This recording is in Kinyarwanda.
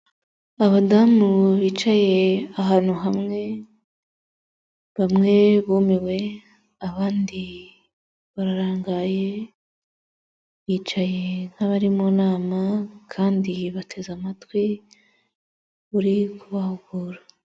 Abadamu bicaye ahantu hamwe, bamwe bumiwe abandi bararangaye, bicaye nk'abari mu nama kandi bateze amatwi uri kubahugura.